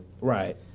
Right